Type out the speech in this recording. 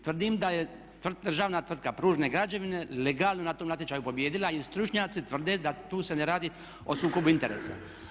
Tvrdim da je državna tvrtka Pružne građevine legalno na tom natječaju pobijedila i stručnjaci tvrde da tu se ne radi o sukobu interesa.